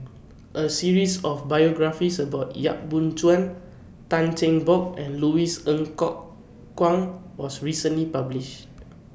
A series of biographies about Yap Boon Chuan Tan Cheng Bock and Louis Ng Kok Kwang was recently published